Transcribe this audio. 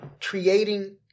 creating